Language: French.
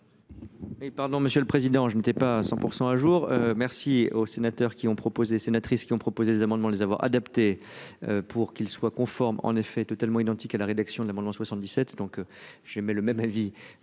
Pardon, monsieur le président. Je n'étais pas à 100% à jour. Merci aux sénateurs qui ont proposé sénatrice qui ont proposé des amendements les avoir adapté. Pour qu'ils soient conformes en effet totalement identique à la rédaction de l'amendement 77 donc j'aimais le même avis